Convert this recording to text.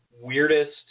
weirdest